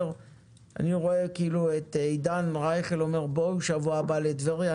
אני רואה את עידן רייכל אומר: בואו בשבוע הבא לטבריה,